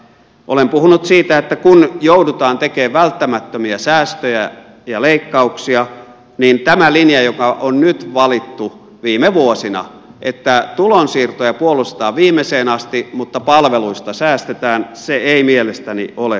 olen puhunut siitä että kun joudutaan tekemään välttämättömiä säästöjä ja leikkauksia niin tämä linja joka on nyt valittu viime vuosina että tulonsiirtoja puolustetaan viimeiseen asti mutta palveluista säästetään ei mielestäni ole perusteltu linja